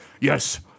Yes